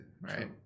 right